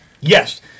Yes